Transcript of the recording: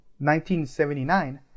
1979